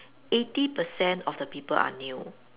eighty percent of the people are new